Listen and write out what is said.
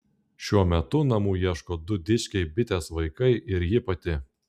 šiuo metu namų ieško du dičkiai bitės vaikai ir ji pati